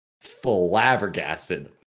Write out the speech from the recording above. flabbergasted